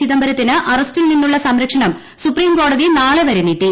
ചിദംബരത്തിന് അറസ്റ്റിൽ നിന്നുള്ള സംരക്ഷണം സുപ്രീം കോടതി നാളെ വരെ നീട്ടി